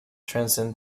transcend